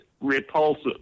repulsive